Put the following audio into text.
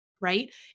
right